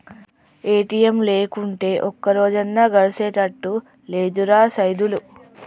ATM లేకుంటే ఒక్కరోజన్నా గడిసెతట్టు లేదురా సైదులు